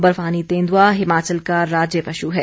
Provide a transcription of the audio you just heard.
बर्फानी तेन्दुआ हिमाचल का राज्य पश् है